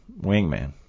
wingman